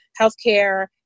healthcare